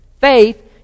Faith